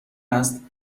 است